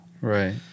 Right